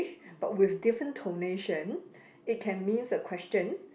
but with different tonation it can means a question